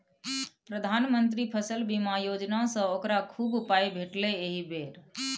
प्रधानमंत्री फसल बीमा योजनासँ ओकरा खूब पाय भेटलै एहि बेर